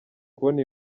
kubona